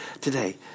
today